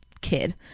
kid